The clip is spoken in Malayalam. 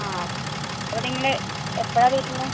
ആ അപ്പോൾ നിങ്ങൾ എപ്പോഴാ വരുന്നത്